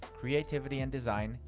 creativity and design,